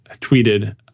tweeted